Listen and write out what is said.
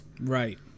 Right